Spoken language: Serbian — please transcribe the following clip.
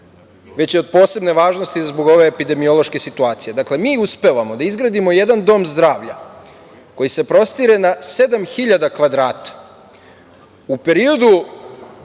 već je od posebne važnosti zbog ove epidemiološke situacije. Dakle, mi uspevamo da izgradimo jedan dom zdravlja koji se prostire na sedam hiljada kvadrata, u periodu